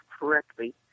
correctly